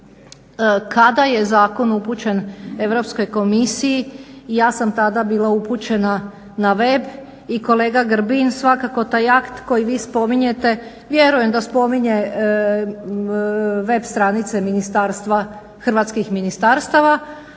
kada je zakon upućen Europskoj komisiji. Ja sam tada bila upućena na web. I kolega Grbin svakako taj akt koji vi spominjete vjerujem da spominje web stranice hrvatskih ministarstava